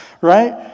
right